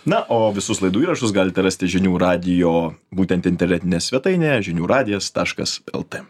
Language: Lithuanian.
na o visus laidų įrašus galite rasti žinių radijo būtent internetinėje svetainėje žinių radijas taškas lt